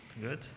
Good